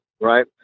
Right